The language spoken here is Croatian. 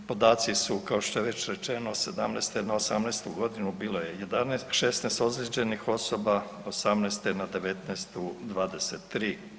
Podaci su, kao što je već rečeno, '17. na '18.g. bilo je 16 ozlijeđenih osoba, '18. na '19. 23.